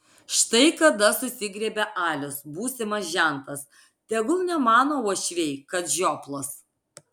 štai kada susigriebia alius būsimas žentas tegul nemano uošviai kad žioplas